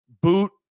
boot